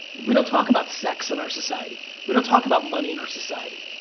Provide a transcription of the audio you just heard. we don't talk about sex in our society, we don't talk about money in our society,